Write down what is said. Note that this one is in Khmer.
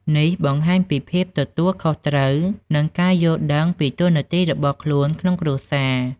នេះបង្ហាញពីភាពទទួលខុសត្រូវ និងការយល់ដឹងពីតួនាទីរបស់ខ្លួនក្នុងគ្រួសារ។